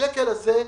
השקל הזה,